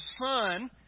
Son